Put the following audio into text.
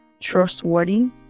trustworthy